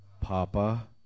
papa